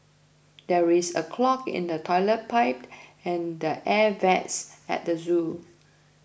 there is a clog in the Toilet Pipe and the Air Vents at the zoo